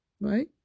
right